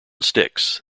sticks